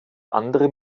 andere